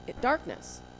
darkness